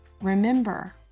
Remember